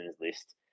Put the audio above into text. list